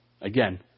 Again